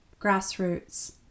Grassroots